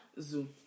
Zoom